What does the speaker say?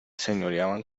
señoreaban